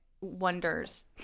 wonders